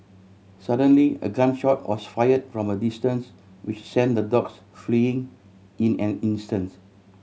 suddenly a gun shot was fired from a distance which sent the dogs fleeing in an instant